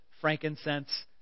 frankincense